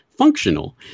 Functional